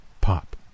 Pop